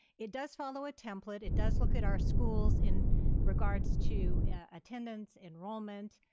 it does follow a template. it does look at our schools in regards to attendance, enrollment,